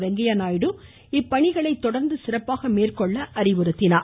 வெங்கய்ய நாயுடு இப்பணிகளை தொடர்ந்து சிறப்பாக மேற்கொள்ள அறிவுறுத்தினார்